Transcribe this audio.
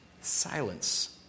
silence